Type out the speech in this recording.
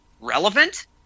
relevant